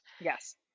Yes